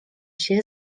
się